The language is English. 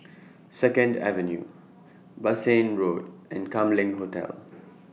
Second Avenue Bassein Road and Kam Leng Hotel